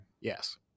Yes